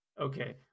Okay